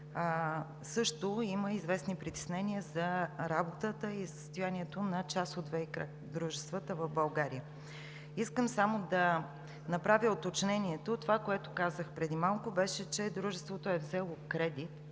също има известни притеснения за работата и състоянието на част от ВиК дружествата в България. Искам само да направя уточнение. Това, което казах преди малко, беше, че дружеството е взело кредит